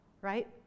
right